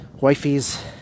Wifey's